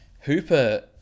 Hooper